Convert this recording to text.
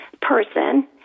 person